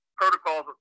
protocols